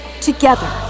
together